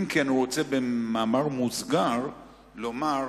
אם כי במאמר מוסגר אני רוצה לומר: